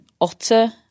Otter